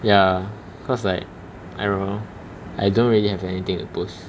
ya cause like I don't know I don't really have anything to post